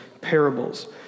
parables